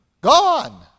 Gone